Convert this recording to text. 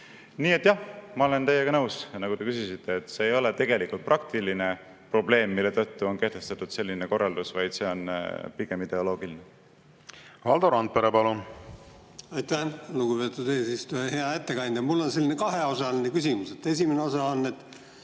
Nii et jah, ma olen teiega nõus. Nagu te küsisite, see ei ole tegelikult praktiline probleem, mille tõttu on kehtestatud selline korraldus, vaid see on pigem ideoloogiline. Valdo Randpere, palun! Aitäh, lugupeetud eesistuja! Hea ettekandja! Mul on kaheosaline küsimus. Esimene osa on, et